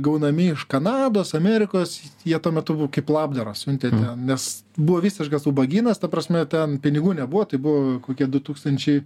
gaunami iš kanados amerikos jie tuo metu kaip labdarą siuntė ten nes buvo visiškas ubagynas ta prasme ten pinigų nebuvo tai buvo kokie du tūkstančiai